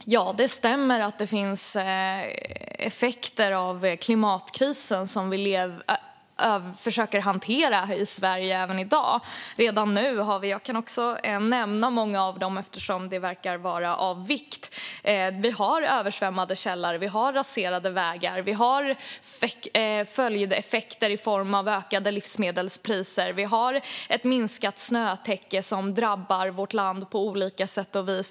Fru talman! Det stämmer att det även i dag finns effekter av klimatkrisen som vi försöker hantera i Sverige. Jag kan också nämna många av dem, eftersom det verkar vara av vikt. Vi har översvämmade källare, vi har raserade vägar, vi har följdeffekter i form av höjda livsmedelspriser och vi har ett minskat snötäcke, som drabbar vårt land på olika sätt.